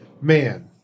Man